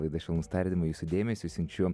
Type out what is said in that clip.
laida švelnūs tardymai jūsų dėmesiui siunčiu